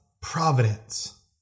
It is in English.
providence